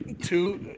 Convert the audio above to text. two